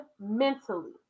mentally